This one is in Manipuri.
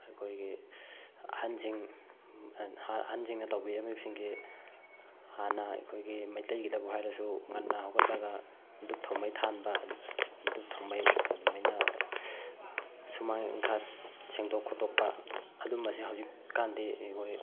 ꯑꯩꯈꯣꯏꯒꯤ ꯑꯍꯟꯁꯤꯡ ꯑꯍꯟꯁꯤꯡꯅ ꯇꯧꯕꯤꯔꯝꯃꯤꯕꯁꯤꯡꯒꯤ ꯍꯥꯟꯅ ꯑꯩꯈꯣꯏꯒꯤ ꯃꯩꯇꯩꯒꯤꯗꯕꯨ ꯍꯥꯏꯔꯁꯨ ꯉꯟꯅ ꯍꯧꯒꯠꯂꯒ ꯗꯨꯞ ꯊꯥꯎꯃꯩ ꯊꯥꯟꯕ ꯗꯨꯞ ꯊꯥꯎꯃꯩ ꯑꯗꯨꯃꯥꯏꯅ ꯁꯨꯃꯥꯡ ꯌꯦꯅꯈꯥ ꯁꯦꯡꯗꯣꯛ ꯈꯣꯠꯇꯣꯛꯄ ꯑꯗꯨꯝꯕꯁꯦ ꯍꯧꯖꯤꯛꯀꯥꯟꯗꯒꯤ ꯑꯩꯈꯣꯏ